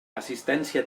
assistència